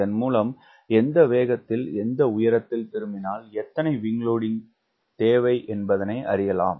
இதன் மூலம் எந்த வேகத்தில் எந்த உயரத்தில் திரும்பினால் எத்தனை விங்க் லோடிங்க் தேவை என்பதனை அறியலாம்